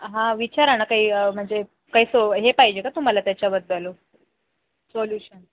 हां विचारा ना काही म्हणजे काही सो हे पाहिजे का तुम्हाला त्याच्याबद्दल सोल्यूशन